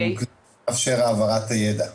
הוא מאפשר העברת הידע.